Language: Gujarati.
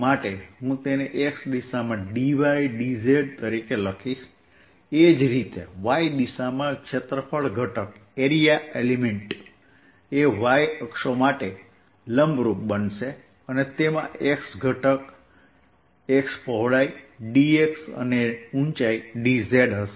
એ જ રીતે y દિશામાં ક્ષેત્રફળ ઘટક એ y અક્ષ માટે લંબરૂપ છે અને તેમાં x ઘટકની પહોળાઈ dx અને ઉંચાઇ dz હશે